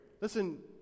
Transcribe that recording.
Listen